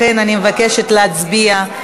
לכן אני מבקשת להצביע.